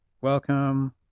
welcome